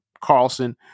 Carlson